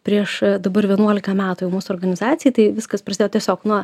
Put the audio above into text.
prieš dabar vienuolika metų jau mūsų organizacijai tai viskas prasidėjo tiesiog nuo